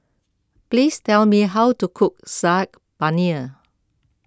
please tell me how to cook Saag Paneer